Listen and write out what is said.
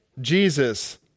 Jesus